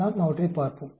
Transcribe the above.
நாம் அவற்றைப் பார்ப்போம்